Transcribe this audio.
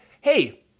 hey